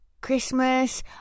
Christmas